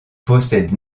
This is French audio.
possède